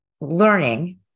learning